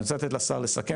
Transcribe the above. אני רוצה לתת לשר לסכם.